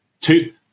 two